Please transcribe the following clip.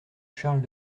charles